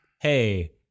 Hey